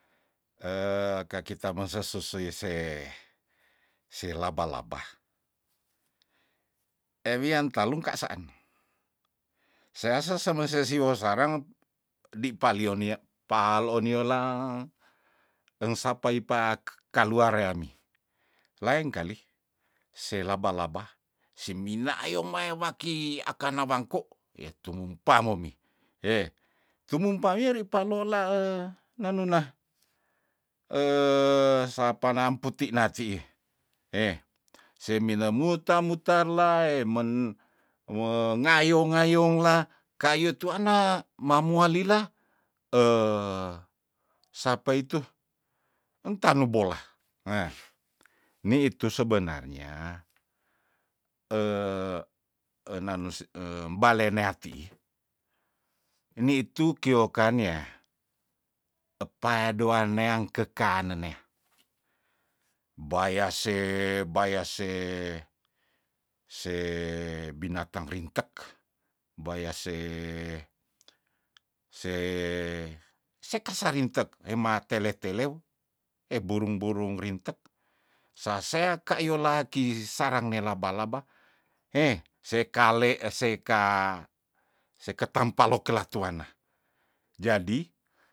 kakita mose susuise se laba- laba ewian talungkasaan sea se seme sesiwow sarang di palio neya paloon niola engsapai pa kek- kalaur reami laeng kali see laba- laba se minayong maya waki akanang wangko ehtumumpa momi eh tumumpa wieri palola nanunah sapanam putina tiih heh seminemut tamutarlae men engayong- ngayong la kayo tuana mamua lila sapa itu entanu bola hah nitu sebenarnya enanosi em balinea tiih nitu kio kan yah epaya doan neang kekanenea baya se baya se se binatang rintek baya se se sekasa rintek imateleh- telehou eburung- burung rintek sasea kayo la ki sarang ne laba- laba heh sekale seka seke tempalo kela tuanna jadi